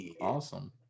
awesome